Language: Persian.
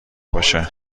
باشه